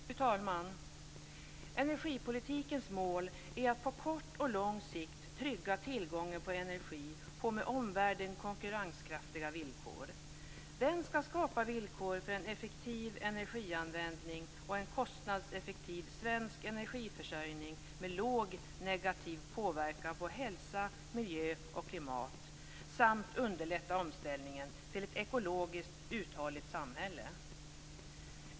Fru talman! Energipolitikens mål är att på kort och lång sikt trygga tillgången till energi på med omvärlden konkurrenskraftiga villkor. Den skall skapa villkor för en effektiv energianvändning och en kostnadseffektiv svensk energiförsörjning med låg negativ påverkan på hälsa, miljö och klimat samt underlätta omställningen till ett ekologiskt uthålligt samhälle.